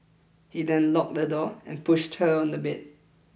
he then locked the door and pushed her on the bed